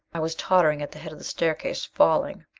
i was tottering at the head of the staircase falling.